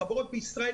החברות בישראל